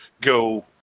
go